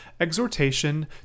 exhortation